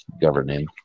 governing